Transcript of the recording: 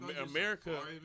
America